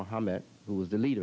mohammad who was the leader